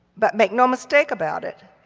but make no mistake about it,